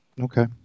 Okay